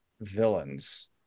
villains